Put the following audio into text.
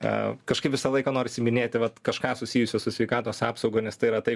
a kažkaip visą laiką norisi minėti vat kažką susijusio su sveikatos apsauga nes tai yra tai